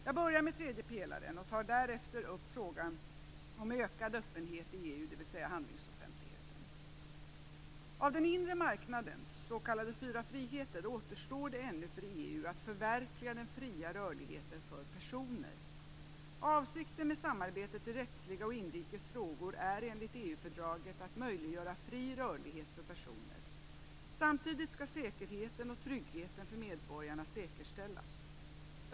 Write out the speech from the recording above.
Jag börjar med tredje pelaren, och tar därefter upp frågan om ökad öppenhet i EU, dvs. handlingsoffentligheten. Av den inre marknadens s.k. fyra friheter återstår ännu för EU att förverkliga den fria rörligheten för personer. Avsikten med samarbetet i rättsliga och inrikes frågor är enligt EU-fördraget att möjliggöra fri rörlighet för personer. Samtidigt skall säkerheten och tryggheten för medborgarna säkerställas.